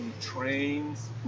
trains